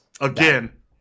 again